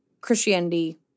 Christianity